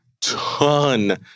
ton